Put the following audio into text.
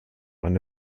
eine